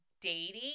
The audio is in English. dating